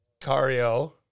Cario